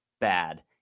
bad